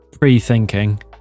pre-thinking